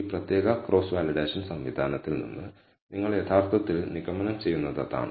ഈ പ്രത്യേക cross validation സംവിധാനത്തിൽ നിന്ന് നിങ്ങൾ യഥാർത്ഥത്തിൽ നിഗമനം ചെയ്യുന്നത് അതാണ്